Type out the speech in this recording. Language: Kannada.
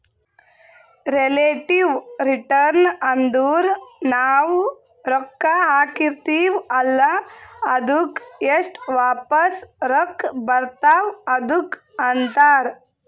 ರೆಲೇಟಿವ್ ರಿಟರ್ನ್ ಅಂದುರ್ ನಾವು ರೊಕ್ಕಾ ಹಾಕಿರ್ತಿವ ಅಲ್ಲಾ ಅದ್ದುಕ್ ಎಸ್ಟ್ ವಾಪಸ್ ರೊಕ್ಕಾ ಬರ್ತಾವ್ ಅದುಕ್ಕ ಅಂತಾರ್